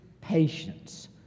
patience